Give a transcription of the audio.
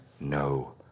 No